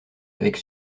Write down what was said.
avec